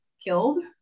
killed